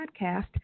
podcast